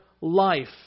life